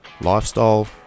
lifestyle